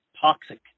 toxic